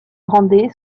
grande